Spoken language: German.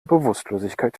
bewusstlosigkeit